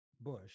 bush